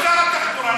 את השרה שצריכה לענות?